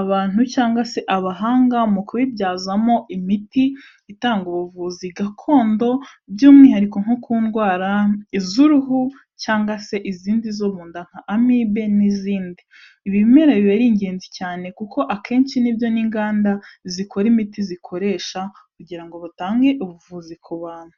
abantu cyangwa se abahanga mu kubibyazamo imiti itanga ubuvuzi gakondo by'umwihariko nko ku ndwara iz'uruhu cyangwa se izindi zo mu nda nka amibe n'izindi. Ibimera biba ari ingenzi cyane kuko akenshi nibyo n'inganda zikora imiti zikoresha kugira ngo batange ubuvuzi ku bantu.